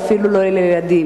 ואפילו לא לילדים.